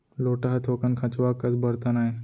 लोटा ह थोकन खंचवा कस बरतन आय